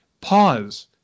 pause